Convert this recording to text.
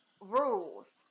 rules